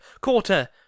Quarter